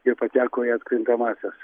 ir pateko į atkrintamąsias